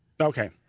Okay